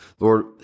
Lord